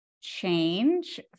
change